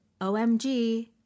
OMG